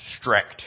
strict